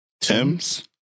Tim's